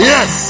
Yes